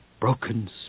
broken